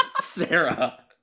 Sarah